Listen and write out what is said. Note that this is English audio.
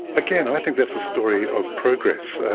again, i think that's a story of progress.